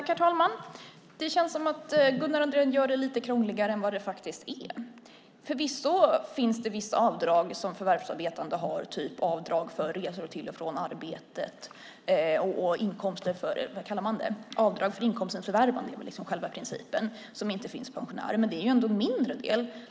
Herr talman! Det känns som om Gunnar Andrén gör det hela krångligare än det är. Förvisso finns det vissa avdrag som förvärvsarbetande har, såsom avdrag för resor till och från arbetet och avdrag för inkomstens förvärvande. Det är själva principen, och den finns inte för pensionärer. Det är dock en mindre del.